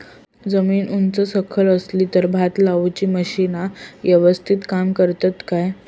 जमीन उच सकल असली तर भात लाऊची मशीना यवस्तीत काम करतत काय?